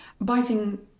Biting